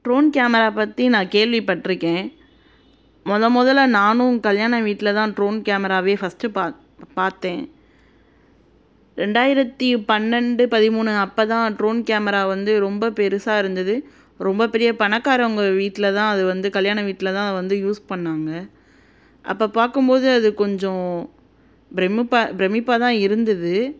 drone camera பற்றி நான் கேள்விப்பட்டிருக்கேன் முத முதல்ல நானும் கல்யாண வீட்டில தான் ட்ரோன் கேமராவே ஃபஸ்ட்டு பா பார்த்தேன் ரெண்டாயிரத்தி பன்னெண்டு பதிமூணு அப்போ தான் ட்ரோன் கேமரா வந்து ரொம்ப பெருசாக இருந்துது ரொம்ப பெரிய பணக்காரங்கள் வீட்டில தான் அது வந்து கல்யாண வீட்டில தான் அதை வந்து யூஸ் பண்ணாங்கள் அப்போ பார்க்கும் போது அது கொஞ்சம் பிரம்மிப்பாக பிரம்மிப்பாக தான் இருந்தது